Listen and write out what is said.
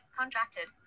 contracted